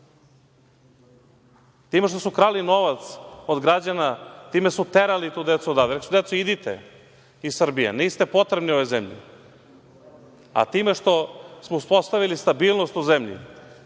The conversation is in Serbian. time što su krali novac od građana time su terali tu decu odavde. Rekli su – deco, idite iz Srbije, niste potrebni ovoj zemlji. Time što smo uspostavili stabilnost u zemlji,